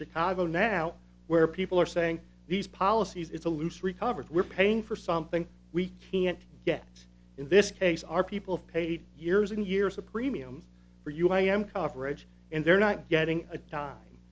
chicago now where people are saying these policies it's a loose recovered we're paying for something we can't get in this case are people of paid years and years of premiums for you i am coverage and they're not getting a time